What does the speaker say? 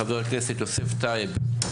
חבר הכנסת יוסף טייב,